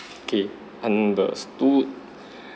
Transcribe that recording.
okay understood